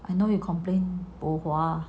I know you complain bo hua